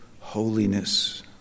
holiness